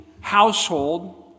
household